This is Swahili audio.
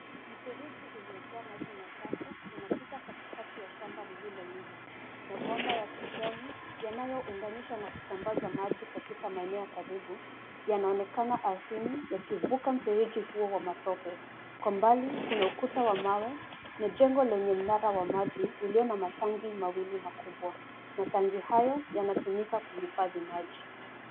Mfereji uliojaa maji machafu unapita katikati ya shamba lililolimwa. Mabomba ya kijani yanayounganishwa na kusambaza maji, katika maeneo ya karibu, yanaonekana ardhini yakivuka mfereji huo wa matope. Kwa mbali kuna ukuta wa mawe na jengo lenye mnara wa maji, ulio na matanki mawili makubwa. Matanki hayo, yanatumika kuhifadhi maji.